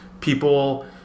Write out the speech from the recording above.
people